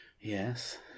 Yes